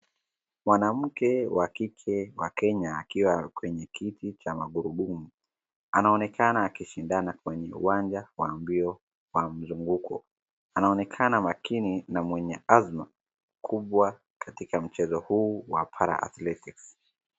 Mwanamke wa kike wa Kenya akiwa kwenye kiti cha magurudumu anaonekana akishindana kwenye uwanja wa mbio wa mzunguko anaonekana makini na mwenye azma kubwa katika mchezo huu wa paraathletics .